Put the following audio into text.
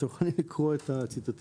אז אתם יכולים לקרוא את הציטוטים.